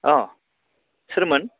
अ सोरमोन